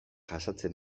jasaten